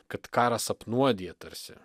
kad karas apnuodija tarsi